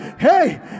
hey